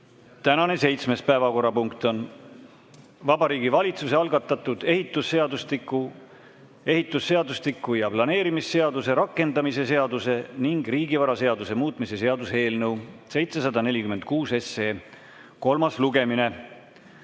Tänane seitsmes päevakorrapunkt on Vabariigi Valitsuse algatatud ehitusseadustiku, ehitusseadustiku ja planeerimisseaduse rakendamise seaduse ning riigivaraseaduse muutmise seaduse eelnõu 746 kolmas lugemine.